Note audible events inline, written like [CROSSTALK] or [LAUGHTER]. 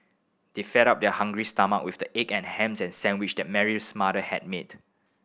they fed their hungry stomach with the egg and ham [UNINTELLIGIBLE] sandwich that Mary's mother had made